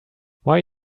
why